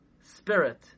spirit